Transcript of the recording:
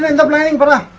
and the blame but